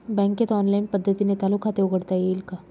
बँकेत ऑनलाईन पद्धतीने चालू खाते उघडता येईल का?